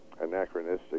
anachronistic